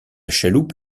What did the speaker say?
chaloupe